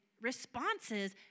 responses